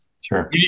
Sure